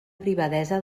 privadesa